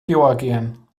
georgien